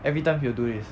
every time he'll do this